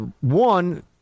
one